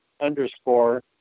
underscore